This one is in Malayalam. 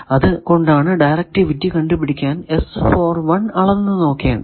അത് കൊണ്ടാണ് ഡയറക്ടിവിറ്റി കണ്ടുപിടിക്കാൻ അളക്കേണ്ടത്